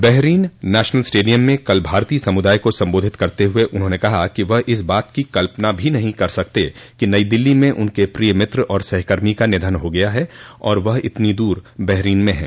Bahrain national stadium में कल भारतीय समुदाय को सम्बोधित करते हुए उन्होंने कहा कि वह इस बात की कल्पना भी नही कर सकते कि नई दिल्ली में उनके प्रिय मित्र और सहकर्मी का निधन हो गया और वह इतनी दूर बहरीन में हैं